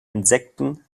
insekten